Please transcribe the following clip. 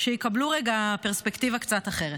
שיקבלו רגע פרספקטיבה קצת אחרת.